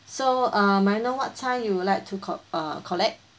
so uh may I know what time you would like to co~ uh collect